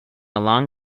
along